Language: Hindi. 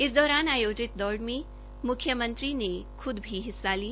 इस दौरान आयोजित दौड़ में म्ख्यमंत्री ने ख्द भी हिस्सा लिया